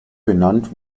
benannt